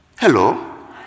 hello